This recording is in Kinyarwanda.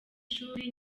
shuri